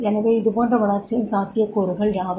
எனவே இதுபோன்ற வளர்ச்சியின் சாத்தியக் கூறுகள் யாவை